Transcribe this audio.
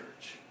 church